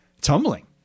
tumbling